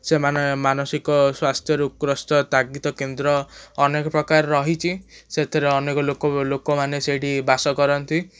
ସେମାନେ ମାନସିକ ସ୍ଵାସ୍ଥ୍ୟରୁ ତାଗିତ କେନ୍ଦ୍ର ଅନେକପ୍ରକାର ରହିଛି ସେଥିରେ ଅନେକ ଲୋକ ଲୋକମାନେ ସେଇଠି ବାସ କରନ୍ତି